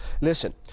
Listen